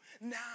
now